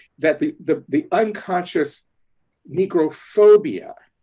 that the the the unconscious negrophobia,